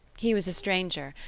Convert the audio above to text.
he was a stranger,